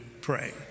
pray